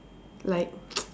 like